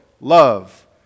love